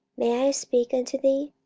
may i speak unto thee?